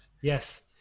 Yes